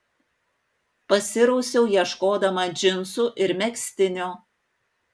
pasirausiau ieškodama džinsų ir megztinio